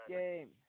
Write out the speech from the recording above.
game